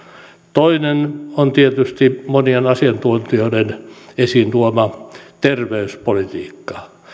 toinen on tietysti monien asiantuntijoiden esiin tuoma terveyspolitiikka